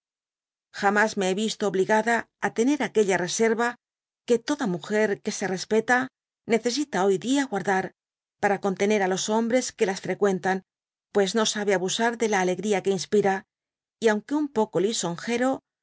jamas me hé visto obligada á tener aquella reserva que toda muger que se respeta necesita hoy dia guardar para contener á los hombres que las freqüentan pues no sabe abusar de la alegría que inspira y aunque mi poco lis